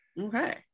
Okay